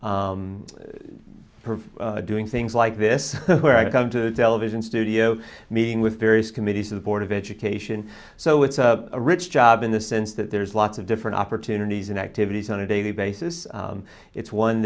prefer doing things like this where i come to television studio meeting with various committees of the board of education so it's a rich job in the sense that there's lots of different opportunities and activities on a daily basis it's one